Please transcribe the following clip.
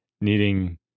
needing